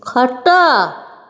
ଖଟ